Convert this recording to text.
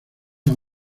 las